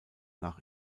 nach